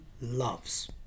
loves